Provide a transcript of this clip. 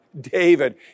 David